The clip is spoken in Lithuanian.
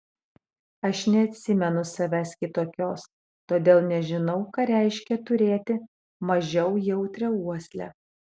aš neatsimenu savęs kitokios todėl nežinau ką reiškia turėti mažiau jautrią uoslę